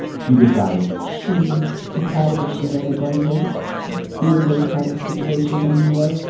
she decided. she decided that she wasn't going to be in those kinds of situations anymore.